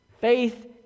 Faith